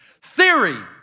Theory